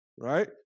Right